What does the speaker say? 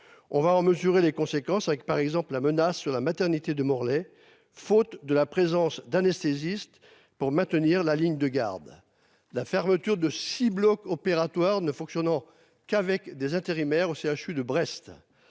On va en mesurer les conséquences avec par exemple la menace de la maternité de Morlaix faute de la présence d'anesthésistes pour maintenir la ligne de garde. La fermeture de 6 blocs opératoires ne fonctionnant qu'avec des intérimaires au CHU de Brest.